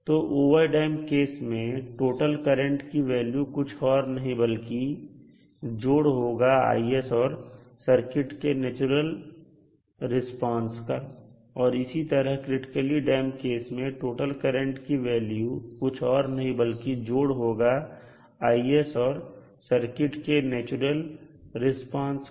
तो over damp case में total current की वैल्यू कुछ और नहीं बल्कि जोड़ होगा Is और सर्किट के नेचुरल रिस्पांस का और इसी तरह क्रिटिकली डैंप केस में टोटल करंट की वैल्यू कुछ और नहीं बल्कि जोड़ होगा Is और सर्किट के नेचुरल रिस्पांस का